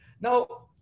now